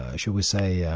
ah shall we say, yeah